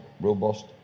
robust